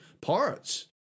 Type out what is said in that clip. parts